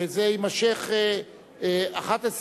וזה יימשך, 11